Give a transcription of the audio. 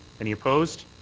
any opposed?